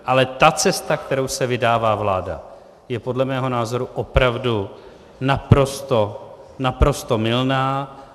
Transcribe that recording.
Ale ta cesta, kterou se vydává vláda, je podle mého názoru opravdu naprosto mylná.